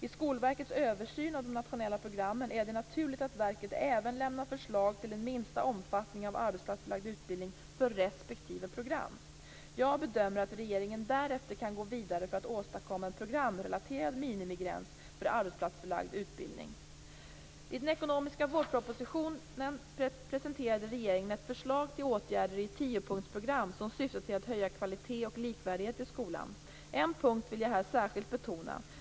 I Skolverkets översyn av de nationella programmen är det naturligt att verket även lämnar förslag till en minsta omfattning av arbetsplatsförlagd utbildning för respektive program. Jag bedömer att regeringen därefter kan gå vidare för att åstadkomma en programrelaterad minimigräns för arbetsplatsförlagd utbildning. 1997/98:150) presenterade regeringen ett förslag till åtgärder i ett tiopunktsprogram som syftar till att höja kvalitet och likvärdighet i skolan. En punkt vill jag här särskilt betona.